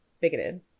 bigoted